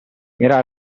era